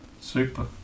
Super